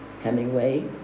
Hemingway